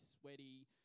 sweaty